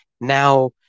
now